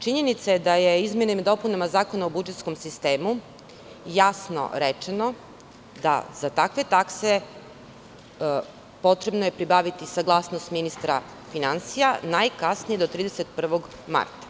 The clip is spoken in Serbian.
Činjenica je da je izmenama i dopunama Zakona o budžetskom sistemu jasno rečeno da je za takve takse potrebno pribaviti saglasnost ministra finansija, najkasnije do 31. marta.